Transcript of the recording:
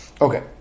Okay